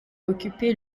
occuper